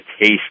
taste